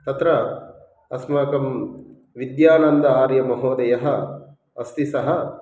तत्र अस्माकं विद्यानन्द आर्यमहोदयः अस्ति सः